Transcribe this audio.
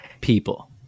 people